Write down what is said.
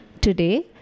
Today